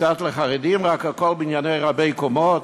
קצת לחרדים, רק הכול בניינים רבי-קומות?